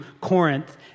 Corinth